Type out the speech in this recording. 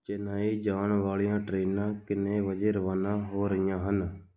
ਚੇਨਈ ਜਾਣ ਵਾਲੀਆਂ ਟਰੇਨਾਂ ਕਿੰਨੇ ਵਜੇ ਰਵਾਨਾ ਹੋ ਰਹੀਆਂ ਹਨ